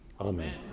Amen